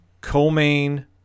Co-main